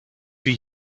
wie